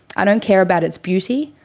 i don't care about its beauty,